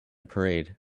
parade